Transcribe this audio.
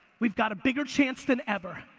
we've got a bigger chance than ever.